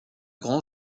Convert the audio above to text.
grand